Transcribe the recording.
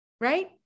Right